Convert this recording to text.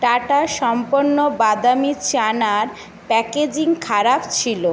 tata সম্পন্ন বাদামি চানার প্যাকেজিং খারাপ ছিল